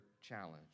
challenge